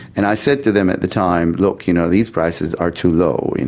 and i said to them at the time, look, you know these prices are too low, and